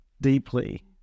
deeply